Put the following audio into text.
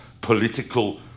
political